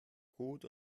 gut